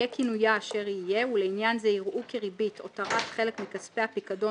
יהיה כינויה אשר יהיה ולעניין זה יראו כריבית או רק חלק מכספי הפיקדון